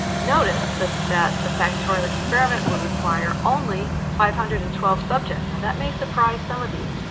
notice that that the factorial experiment would require only five hundred and twelve subjects. now, that may surprise some of you,